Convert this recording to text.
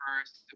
first